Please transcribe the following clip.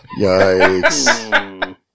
Yikes